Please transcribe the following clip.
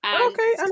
Okay